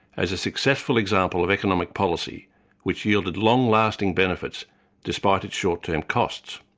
as a successful example of economic policy which yielded long-lasting benefits despite its short-term costs.